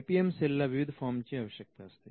I P M cell ला विविध form ची आवश्यकता असते